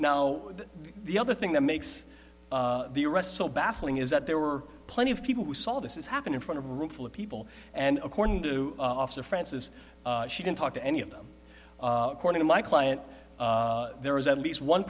now the other thing that makes the arrest so baffling is that there were plenty of people who saw this is happen in front of a roomful of people and according to francis she didn't talk to any of them according to my client there was at least one